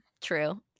true